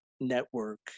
network